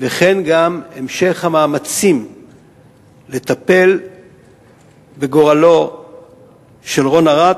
וכן גם המשך המאמצים לטפל בגורלו של רון ארד,